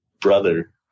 brother